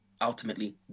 ultimately